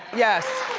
yes.